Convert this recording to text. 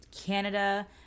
Canada